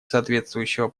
соответствующего